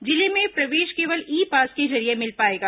जिले में प्रवेश केवल ई पास के जरिये मिल पाएगा